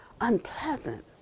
unpleasant